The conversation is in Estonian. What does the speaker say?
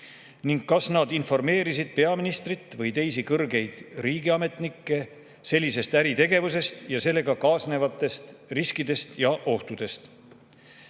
ning kas nad informeerisid peaministrit või teisi kõrgeid riigiametnikke sellisest äritegevusest ja sellega kaasnevatest riskidest ja ohtudest.